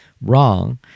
wrong